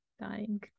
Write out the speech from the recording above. dying